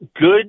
good